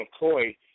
McCoy